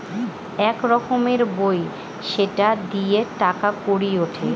এক রকমের বই সেটা দিয়ে টাকা কড়ি উঠে